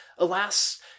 Alas